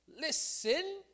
Listen